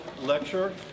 Lecture